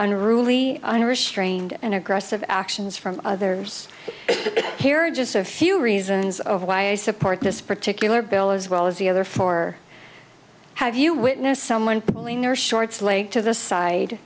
unruly unrestrained and aggressive actions from others here are just a few reasons of why i support this particular bill as well as the other four have you witnessed someone pulling their shorts leg to the side